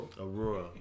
Aurora